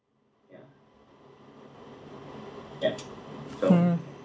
hmm